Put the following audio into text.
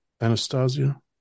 Anastasia